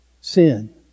sin